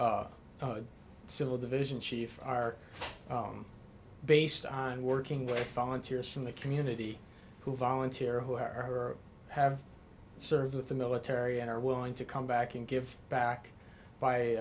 irish civil division chief are based on working with fallen tears in the community who volunteer who are have served with the military and are willing to come back and give back by